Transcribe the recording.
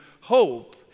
hope